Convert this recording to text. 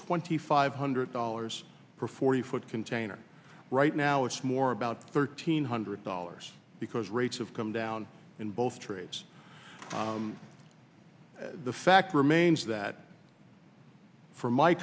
twenty five hundred dollars for forty foot container right now it's more about thirteen hundred dollars because rates have come down in both trades the fact remains that for my